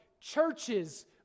churches